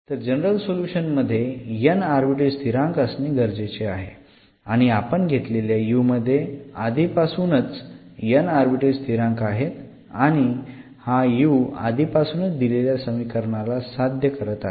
तर general solution मध्ये n arbitrary स्थिरांक असणे गरजेचं आहे आणि आपण घेतलेल्या u मध्ये आधीपासूनच n आर्बिट्ररी स्थिरांक आहेत आणि हा u आधीपासूनच दिलेल्या समीकरणाला साध्य करत आहे